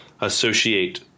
associate